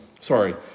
sorry